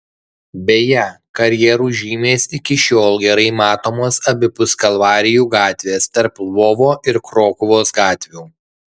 beje karjerų žymės iki šiol gerai matomos abipus kalvarijų gatvės tarp lvovo ir krokuvos gatvių